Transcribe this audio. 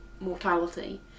mortality